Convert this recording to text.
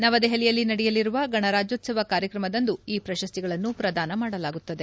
ನವದೆಹಲಿಯಲ್ಲಿ ನಡೆಯಲಿರುವ ಗಣರಾಜ್ಯೋತ್ಸವ ಕಾರ್ಯಕ್ರಮದಂದು ಈ ಪ್ರಶಸ್ತಿಗಳನ್ನು ಪ್ರದಾನ ಮಾಡಲಾಗುತ್ತದೆ